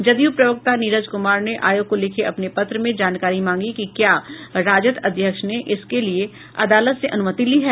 जदयू प्रवक्ता नीरज कुमार ने आयोग को लिखे अपने पत्र में जानकारी मांगी है कि क्या राजद अध्यक्ष ने इसके लिए अदालत से अनुमति ली है